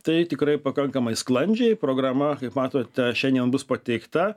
tai tikrai pakankamai sklandžiai programa kaip matote šiandien bus pateikta